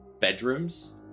bedrooms